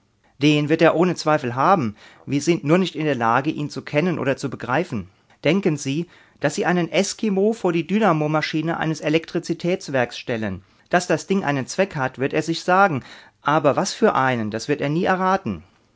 den wird er ohne zweifel haben wir sind nur nicht in der lage ihn zu kennen oder zu begreifen denken sie daß sie einen eskimo vor die dynamomaschine eines elektrizitätswerks stellen daß das ding einen zweck hat wird er sich sagen aber was für einen das wird er nie erraten